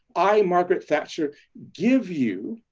i, margaret thatcher give you,